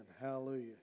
Hallelujah